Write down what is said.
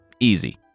Easy